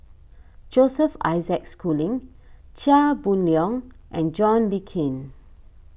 Joseph Isaac Schooling Chia Boon Leong and John Le Cain